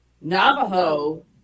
Navajo